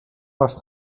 was